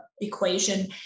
equation